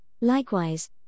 Likewise